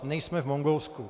Nejsme v Mongolsku.